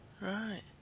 Right